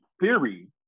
theory